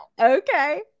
Okay